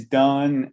done